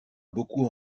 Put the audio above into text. beaucoup